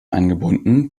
eingebunden